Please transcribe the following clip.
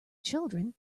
children